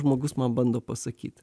žmogus man bando pasakyt